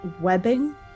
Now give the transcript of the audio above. webbing